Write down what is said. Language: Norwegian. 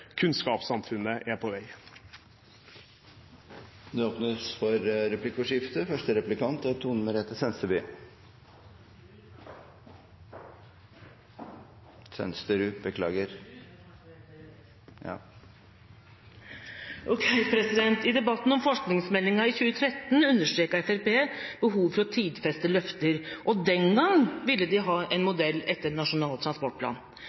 Kunnskapssamfunnet er på vei. Det blir replikkordskifte. I debatten om forskningsmeldinga i 2013 understreket Fremskrittspartiet behovet for å tidfeste løfter, og den gang ville de ha en modell etter Nasjonal transportplan.